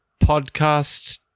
podcast